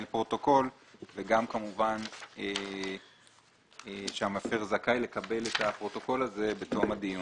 פרוטוקול וגם כמובן שהמפר זכאי לקבל את הפרוטוקול הזה בתום הדיון.